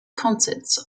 concerts